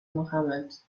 mohammad